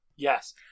Yes